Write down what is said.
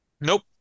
Nope